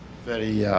very